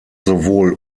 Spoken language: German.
sowohl